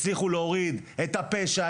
הצליחו להוריד את הפשע,